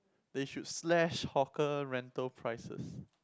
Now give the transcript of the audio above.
they should slash hawker rental prices